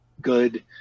good